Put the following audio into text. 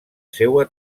seua